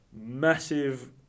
massive